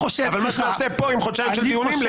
אבל מה שאני עושה פה עם חודשיים של דיונים,